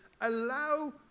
allow